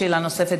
שאלה נוספת,